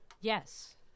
Yes